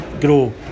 grow